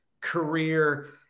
career